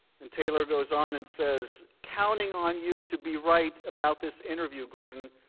and taylor goes on and says counting on you to be right about this interview, gordon,